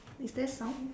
is there sound